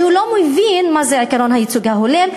הוא לא מבין מה זה עקרון הייצוג ההולם,